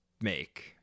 make